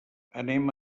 anem